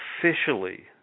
officially